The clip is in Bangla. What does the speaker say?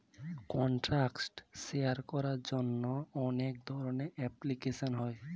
কন্ট্যাক্ট শেয়ার করার জন্য অনেক ধরনের অ্যাপ্লিকেশন হয়